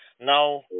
Now